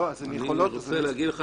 אני רוצה להגיד לך